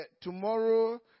tomorrow